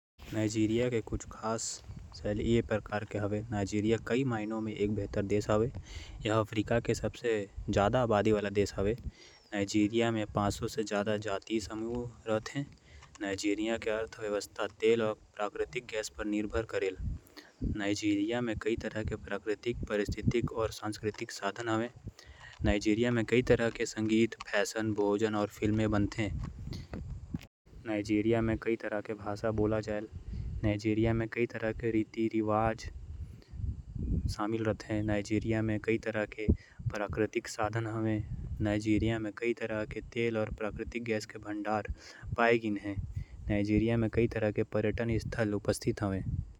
नाइजीरिया एक अइसे क्षेत्र हावय जेन संस्कृति अउ। व्यंजन के मिश्रण लात हावय। जेकर सबूत अनूठा मसाला मांस अउ सामग्री म मिलत हावय। जेमा कई अफ्रीकी देश के गैस्ट्रोनॉमी संस्कृति औपनिवेशिक यूरोप ले प्रभावित रिहिस। नाइजीरिया के अपन खाद्य संस्कृति हावय जेन स्वाद। कृषि भूमि के मूल मसाला अउ। निर्विवाद जुनून ले समृद्ध हावय। नाइजीरिया म पाक संस्कृति के इतिहास के पता लगाये। के खातिर उत्साहित होके हम ओ लोगन ल देखत हावयं। जेकर विद्वान पृष्ठभूमि एक अनूठा अंतर्दृष्टि प्रदान करत हावय।